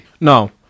No